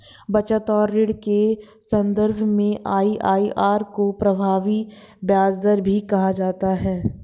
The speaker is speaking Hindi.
बचत और ऋण के सन्दर्भ में आई.आई.आर को प्रभावी ब्याज दर भी कहा जाता है